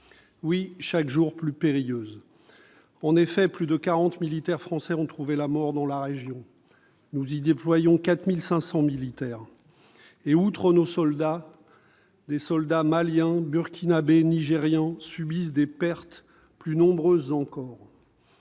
Oui, chaque jour plus périlleuses, car plus de 40 militaires français ont trouvé la mort dans la région. Nous y déployons 4 500 militaires. Outre nos forces, des soldats maliens, burkinabés, nigérians subissent des pertes plus nombreuses encore.